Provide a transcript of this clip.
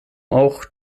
auch